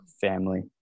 family